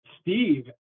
Steve